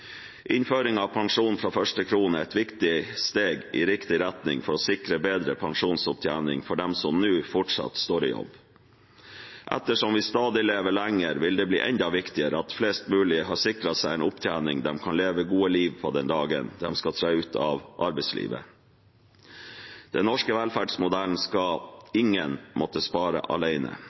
Innføring av pensjon fra første krone er et viktig steg i riktig retning for å sikre bedre pensjonsopptjening for dem som fortsatt står i jobb. Ettersom vi stadig lever lenger, vil det bli enda viktigere at flest mulig har sikret seg en opptjening de kan leve gode liv av den dagen de skal tre ut av arbeidslivet. Med den norske velferdsmodellen skal ingen måtte spare